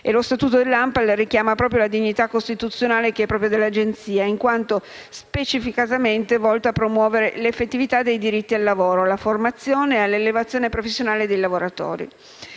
cui statuto richiama proprio la dignità costituzionale che è propria dell'Agenzia, in quanto specificatamente volta a promuovere l'effettività dei diritti al lavoro, la formazione e l'elevazione professionale dei lavoratori.